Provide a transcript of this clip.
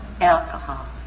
alcohol